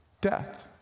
death